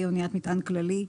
אניית מטען כללי.